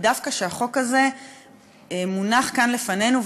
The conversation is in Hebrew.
היא דווקא שהחוק הזה מונח כאן לפנינו,